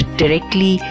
directly